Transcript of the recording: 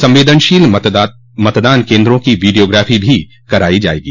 संवेदनशील मतदान केन्द्रों की वीडियोग्राफी भी करायी जायेगी